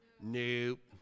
Nope